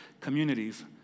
communities